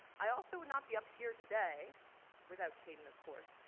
i also would not be up here today without caden of course,